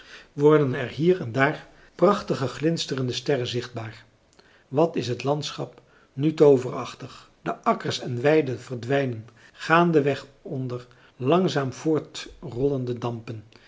den er hier en daar prachtig glinsterende sterren zichtbaar wat is het landschap nu tooverachtig de akkers en weiden verdwijnen gaandeweg onder langzaam voortrollende dampen